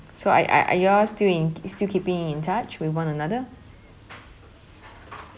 so a~ are you all still in still keeping in touch with one another